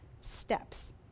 steps